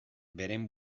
beren